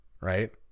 right